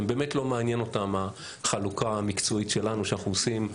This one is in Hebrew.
באמת לא מעניין אותם החלוקה המקצועית שלנו שאנחנו עושים,